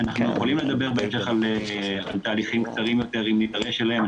אנחנו יכולים לדבר על תהליכים יותר קצרים אם נידרש אליהם.